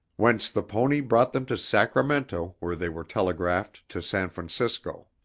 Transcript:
whence the pony brought them to sacramento where they were telegraphed to san francisco.